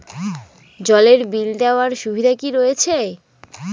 জলের বিল দেওয়ার সুবিধা কি রয়েছে?